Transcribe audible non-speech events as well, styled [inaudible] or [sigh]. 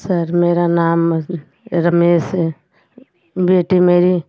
sir मेरा नाम रमेश [unintelligible] बेटी मेरी